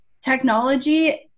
technology